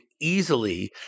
easily